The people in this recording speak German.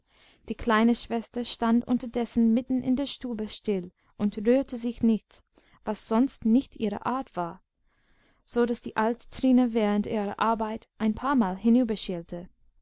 die kleine schwester stand unterdessen mitten in der stube still und rührte sich nicht was sonst nicht ihre art war so daß die alte trine während ihrer arbeit ein paarmal